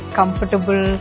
comfortable